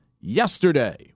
yesterday